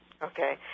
Okay